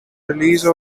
release